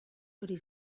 hori